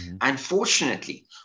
Unfortunately